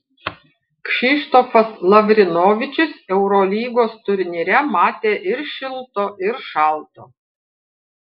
kšištofas lavrinovičius eurolygos turnyre matė ir šilto ir šalto